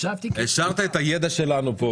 כלכלנית בשלטון המקומי.